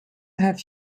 have